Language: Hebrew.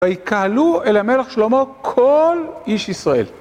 ויקהלו אל המלך שלמה כל איש ישראל.